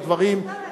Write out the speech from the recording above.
הדברים,